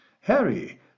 harry